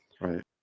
Right